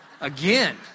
Again